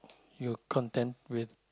you content with